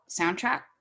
soundtrack